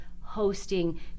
hosting